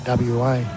WA